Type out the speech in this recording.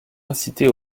inciter